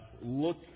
Look